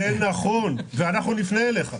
זה נכון, ואנחנו נפנה אליך.